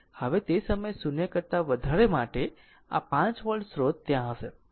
હવે તે સમયે 0 કરતા વધારે માટે આ 5 વોલ્ટ સ્રોત ત્યાં હશે